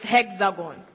Hexagon